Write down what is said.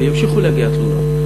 וימשיכו להגיע תלונות.